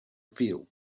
feel